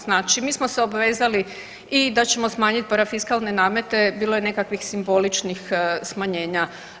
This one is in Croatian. Znači mi smo se obvezali i da ćemo smanjiti parafiskalne namete bilo je nekakvih simboličnih smanjenja.